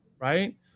right